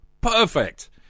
Perfect